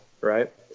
Right